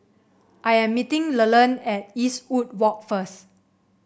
I am meeting Leland at Eastwood Walk first